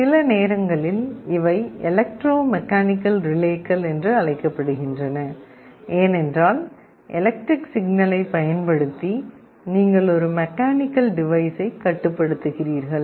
சில நேரங்களில் இவை எலக்ட்ரோ மெக்கானிக்கல் ரிலேக்கள் என்றும் அழைக்கப்படுகின்றன ஏனென்றால் எலக்ட்ரிக் சிக்னலை பயன்படுத்தி நீங்கள் ஒரு மெக்கானிக்கல் டிவைஸைக் கட்டுப்படுத்துகிறீர்கள்